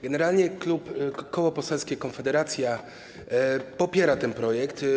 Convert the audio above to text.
Generalnie Koło Poselskie Konfederacja popiera ten projekt.